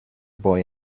boy